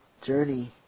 journey